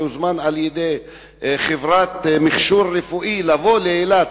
שהוזמן על-ידי חברת מכשור רפואי לבוא לאילת